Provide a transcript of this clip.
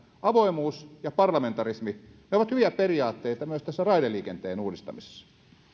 avoimuus ja parlamentarismi ne ovat hyviä periaatteita myös tässä raideliikenteen uudistamisessa